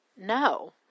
no